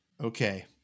okay